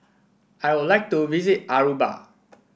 I would like to visit Aruba